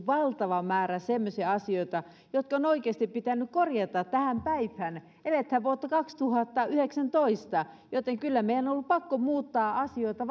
valtava määrä semmoisia asioita jotka on oikeasti pitänyt korjata tähän päivään eletään vuotta kaksituhattayhdeksäntoista joten kyllä meidän ollut pakko muuttaa asioita